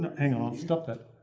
and hang on. stop that.